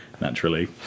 Naturally